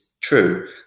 true